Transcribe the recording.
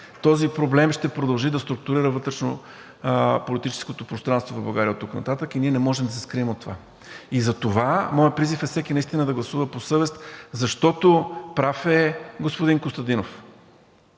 Този проблем ще продължи да структурира вътрешнополитическото пространство в България оттук нататък и ние не можем да се скрием от това. И затова моят призив е всеки наистина да гласува по съвест, защото прав е господин Костадинов